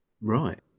Right